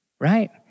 right